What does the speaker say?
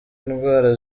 indwara